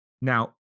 Now